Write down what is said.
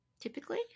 Typically